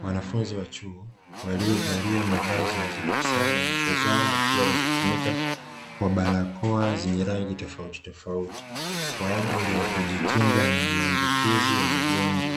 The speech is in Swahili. Wanafunzi wa chuo waliovalia mavazi nadhifu sana, nyuso zao wakiwa wamezifunika kwa barakoa zenye rangi tofautitofauti, kwa ajili ya kujikinga na maambukizi ya magonjwa,